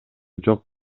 жок